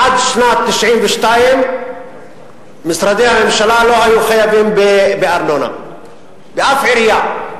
עד שנת 1992 משרדי הממשלה לא היו חייבים בארנונה באף עירייה.